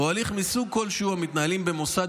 או הליך מסוג כלשהו המתנהלים במוסד